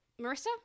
Marissa